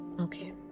okay